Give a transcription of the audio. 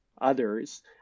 others